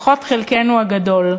לפחות חלקנו הגדול.